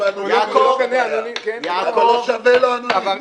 שבאנונימי --- אבל לא שווה לו אנונימי,